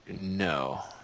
No